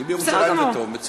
אם בירושלים זה טוב, מצוין.